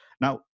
Now